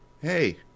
hey